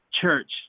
church